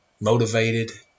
motivated